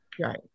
Right